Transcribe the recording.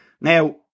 now